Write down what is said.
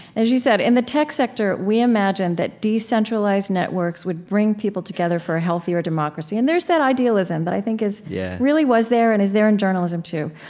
as you said, in the tech sector, we imagined that decentralized networks would bring people together for a healthier democracy. and there's that idealism that i think yeah really was there and is there in journalism too.